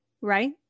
right